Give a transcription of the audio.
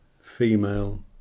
female